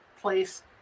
place